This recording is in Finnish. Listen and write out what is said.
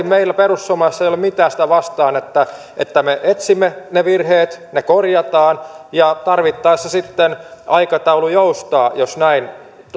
meillä perussuomalaisilla ei ole mitään sitä vastaan että me etsimme ne virheet ne korjataan ja tarvittaessa sitten aikataulu joustaa jos näin